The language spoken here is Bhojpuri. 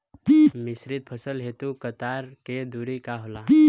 मिश्रित फसल हेतु कतार के दूरी का होला?